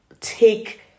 take